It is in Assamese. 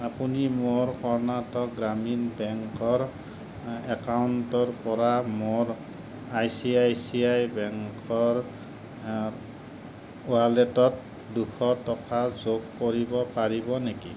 আপুনি মোৰ কৰ্ণাটক গ্ৰামীণ বেংকৰ একাউণ্টৰ পৰা মোৰ I C I C I বেংকৰ ৱালেটত দুশ টকা যোগ কৰিব পাৰিব নেকি